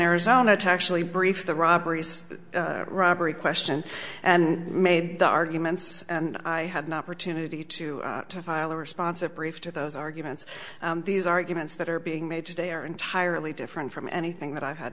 arizona to actually brief the robberies robbery question and made the arguments and i had an opportunity to file a responsive brief to those arguments these arguments that are being made today are entirely different from anything that i had